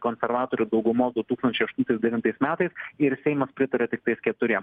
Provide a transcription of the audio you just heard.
konservatorių daugumos du tūkstančiai aštuntais devintais metais ir seimas pritarė tiktais keturiem